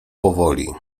powoli